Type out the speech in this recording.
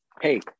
hey